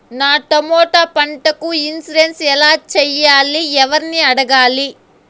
నా టమోటా పంటకు ఇన్సూరెన్సు ఎలా చెయ్యాలి? ఎవర్ని అడగాలి?